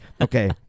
Okay